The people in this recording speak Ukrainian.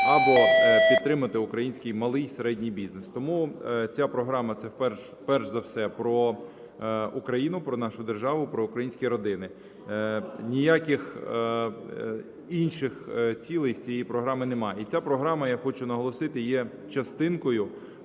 або підтримати український малий і середній бізнес. Тому ця програма – це, перш за все, про Україну, про нашу державу, про українські родини. Ніяких інших цілей в цієї програми немає. І ця програма, я хочу наголосити, є частинкою